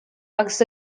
agus